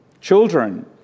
Children